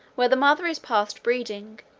where the mother is past breeding,